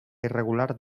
irregular